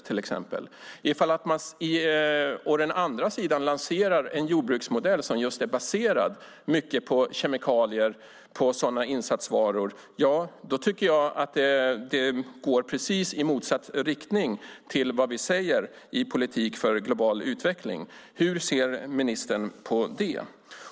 Om man å andra sidan lanserar en jordbruksmodell som just är baserad mycket på kemikalier och sådana insatsvaror går det precis i motsatt riktning mot vad vi säger i politik för global utveckling. Hur ser ministern på det?